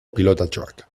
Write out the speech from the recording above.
pilotatxoak